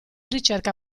ricerca